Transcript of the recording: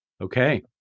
Okay